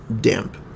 damp